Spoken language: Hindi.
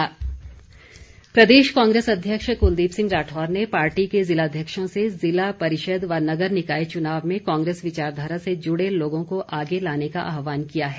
राठौर प्रदेश कांग्रेस अध्यक्ष कुलदीप सिंह राठौर ने पार्टी के ज़िलाध्यक्षों से ज़िला परिषद व नगर निकाय चुनाव में कांग्रेस विचारधारा से जुड़े लोगों को आगे लाने का आहवान किया है